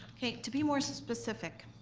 okay. to be more specific,